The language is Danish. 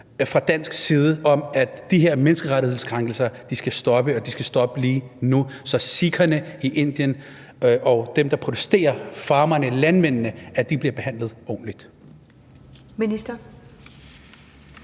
fra dansk side om, at de her menneskerettighedskrænkelser skal stoppe, og at de skal stoppe lige nu, så sikherne i Indien og dem, der protesterer, farmerne, landmændene, bliver behandlet ordentligt?